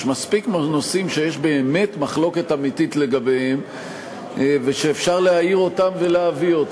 יש מספיק נושאים שיש מחלוקת אמיתית לגביהם ושאפשר להביא אותם.